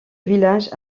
village